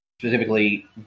specifically